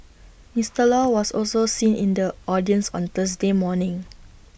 Mister law was also seen in the audience on Thursday morning